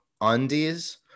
undies